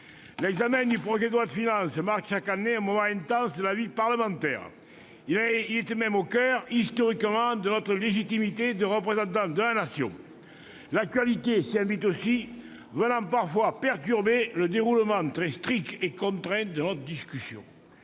l'examen du projet de loi de finances marque chaque année un moment intense de la vie parlementaire. Il est même historiquement au coeur de notre légitimité de représentants de la Nation. L'actualité s'y invite aussi, venant parfois perturber le déroulement très strict et contraint de la discussion.